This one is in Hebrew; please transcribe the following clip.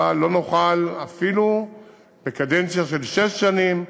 אבל לא נוכל, אפילו בקדנציה של שש שנים,